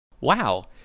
Wow